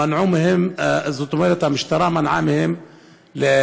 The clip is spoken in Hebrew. מנעו מהם, זאת אומרת, המשטרה מנעה מהם להציב.